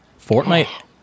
Fortnite